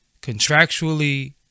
Contractually